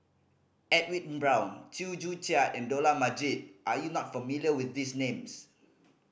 Edwin Brown Chew Joo Chiat and Dollah Majid are you not familiar with these names